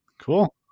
Cool